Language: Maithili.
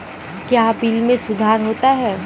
क्या बिल मे सुधार होता हैं?